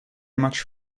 much